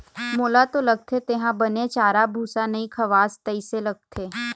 मोला तो लगथे तेंहा बने चारा भूसा नइ खवास तइसे लगथे